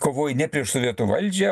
kovoji ne prieš sovietų valdžią